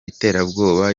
iterabwoba